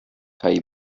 kaj